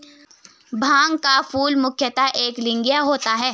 भांग का फूल मुख्यतः एकलिंगीय होता है